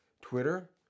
Twitter